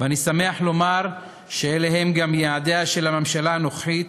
ואני שמח לומר שאלה הם גם יעדיה של הממשלה הנוכחית,